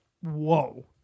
Whoa